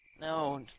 No